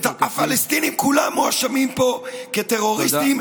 הפלסטינים כולם מואשמים פה כטרוריסטים,